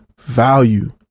value